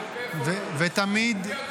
תמיד --- עזוב,